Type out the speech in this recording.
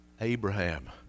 Abraham